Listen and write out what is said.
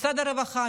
משרד הרווחה,